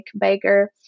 baker